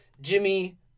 Jimmy